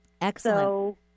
Excellent